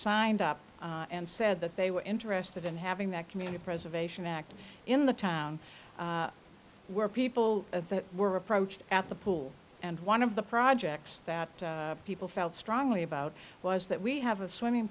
signed up and said that they were interested in having that community preservation act in the town where people were approached at the pool and one of the projects that people felt strongly about was that we have a swimming